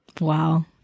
Wow